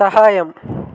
సహాయం